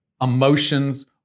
emotions